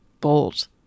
Bold